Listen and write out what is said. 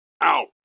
out